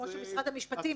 כמו שמשרד המשפטים,